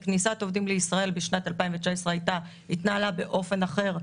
כניסת עובדים לישראל בשנת 2019 התנהלה באופן אחר,